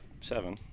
seven